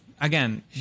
again